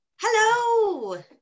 Hello